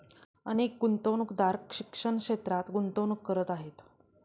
अनेक गुंतवणूकदार शिक्षण क्षेत्रात गुंतवणूक करत आहेत